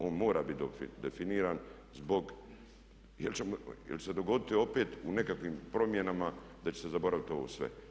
On mora biti definiran zbog, jer će se dogoditi opet u nekakvim promjenama da će se zaboraviti ovo sve.